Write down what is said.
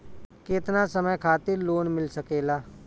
केतना समय खातिर लोन मिल सकेला?